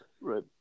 Right